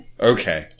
Okay